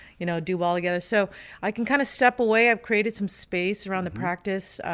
you know, do all together so i can kind of step away i've created some space around the practice,